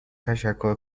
تشکر